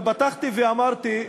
אבל פתחתי ואמרתי: